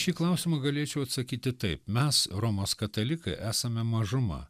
šį klausimą galėčiau atsakyti taip mes romos katalikai esame mažuma